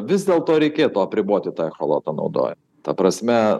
vis dėlto reikėtų apriboti tą echolotą naudoja ta prasme